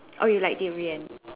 oh you like durian